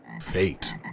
Fate